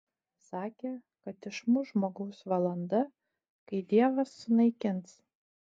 sakė kad išmuš žmogaus valanda kai dievas sunaikins